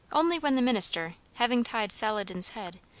only when the minister, having tied saladin's head,